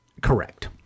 Correct